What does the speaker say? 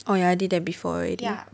oh ya I did that before already